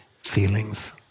feelings